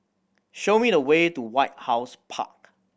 show me the way to White House Park